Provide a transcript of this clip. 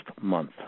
month